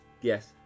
yes